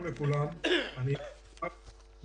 קורים פה אירועים לא פשוטים.